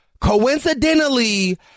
coincidentally